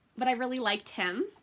but i really liked him.